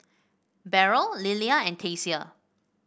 Beryl Lilia and Tasia